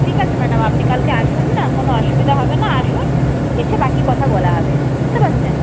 ঠিক আছে ম্যাডাম আপনি কালকে আসুন না কোনো অসুবিধা হবে না আসুন এসে বাকি কথা বলা হবে বুঝতে পারছেন